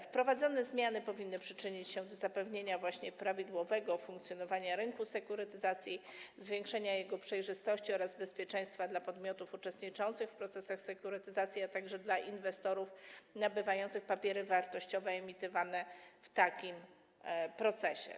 Wprowadzone zmiany powinny przyczynić się do zapewnienia prawidłowego funkcjonowania rynku sekurytyzacji, zwiększenia jego przejrzystości oraz bezpieczeństwa względem podmiotów uczestniczących w procesach sekurytyzacji, a także inwestorów nabywających papiery wartościowe emitowane w takim procesie.